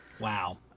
Wow